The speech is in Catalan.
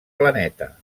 planeta